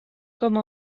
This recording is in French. comme